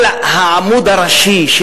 אבל העמוד הראשי,